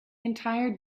entire